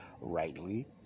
rightly